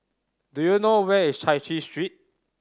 do you know where is Chai Chee Street